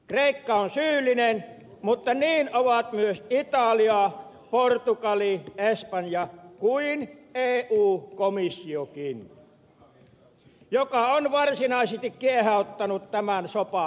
kreikka on syyllinen mutta niin ovat myös italia portugali espanja kuin eu komissiokin joka on varsinaisesti kiehauttanut tämän sopan pohjaan